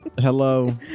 hello